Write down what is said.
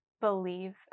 believe